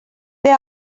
they